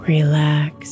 Relax